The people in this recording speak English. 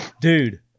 Dude